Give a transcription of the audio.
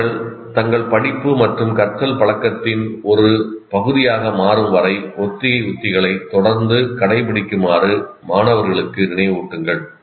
மாணவர்கள் தங்கள் படிப்பு மற்றும் கற்றல் பழக்கத்தின் ஒரு பகுதியாக மாறும் வரை ஒத்திகை உத்திகளை தொடர்ந்து கடைப்பிடிக்குமாறு மாணவர்களுக்கு நினைவூட்டுங்கள்